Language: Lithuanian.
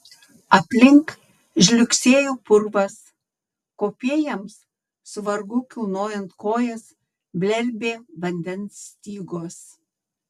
aplink žliugsėjo purvas kopėjams su vargu kilnojant kojas blerbė vandens stygos